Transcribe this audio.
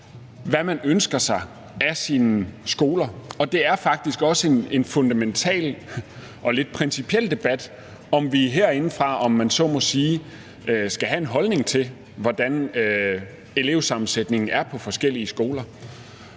hvad man ønsker sig af sine skoler. Og det er faktisk også en fundamental og lidt principiel debat, om vi herindefra, om man så må sige, skal have en holdning til, hvordan elevsammensætningen er på forskellige skoler.